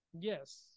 Yes